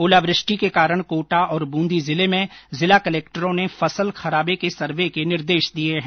ओलावृष्टि के कारण कोटा और बूंदी जिले में जिला कलेक्टर ने फसल खराबे के सर्वे के निर्देश दिए हैं